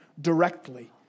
directly